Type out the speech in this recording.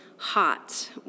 hot